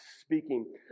speaking